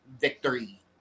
victory